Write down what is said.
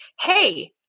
Hey